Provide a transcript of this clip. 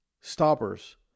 stoppers